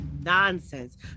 nonsense